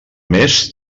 més